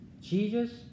Jesus